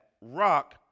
rock